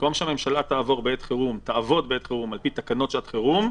במקום שהממשלה תעבוד בעת חירום על פי תקנות שעת חירום,